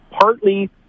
partly